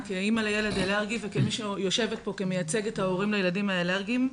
כאימא לילד אלרגי וכמי שיושבת פה ומייצגת את הילדים האלרגיים.